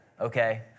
Okay